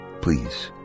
Please